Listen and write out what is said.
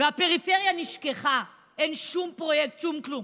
והפריפריה נשכחה, אין שום פרויקט, שום כלום.